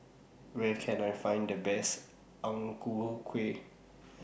Where Can I Find The Best Ang Ku Kueh